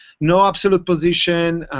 no absolute position,